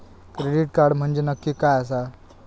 Credit card म्हंजे नक्की काय आसा?